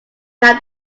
now